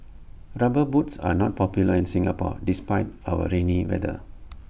rubber boots are not popular in Singapore despite our rainy weather